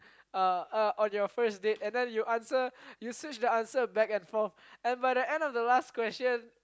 uh uh on your first date and then you answer you switch the answer back and forth and by the end of the last question